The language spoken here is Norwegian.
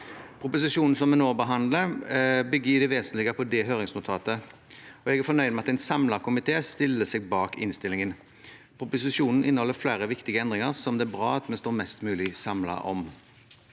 Proposisjonen vi nå behandler, bygger i det vesentlige på det høringsnotatet. Jeg er fornøyd med at en samlet komité stiller seg bak innstillingen. Proposisjonen inneholder flere viktige endringer, som det er bra at vi står mest mulig samlet om.